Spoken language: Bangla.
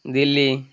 দিল্লি